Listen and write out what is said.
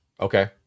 Okay